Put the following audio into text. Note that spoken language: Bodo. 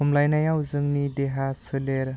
खमलायनायाव जोंनि देहा सोलेर